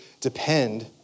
depend